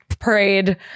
parade